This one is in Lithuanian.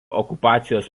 okupacijos